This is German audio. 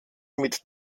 mit